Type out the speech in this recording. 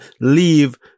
leave